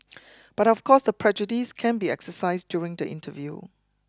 but of course the prejudice can be exercised during the interview